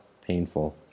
painful